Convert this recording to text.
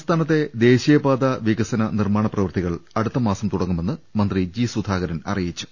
സംസ്ഥാനത്തെ ദേശീയപാതാ വികസന നിർമാണ പ്രവൃത്തി കൾ അടുത്തമാസം തുടങ്ങുമെന്ന് മന്ത്രി ജി സുധാകരൻ അറിയി ച്ചു